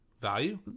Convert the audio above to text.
value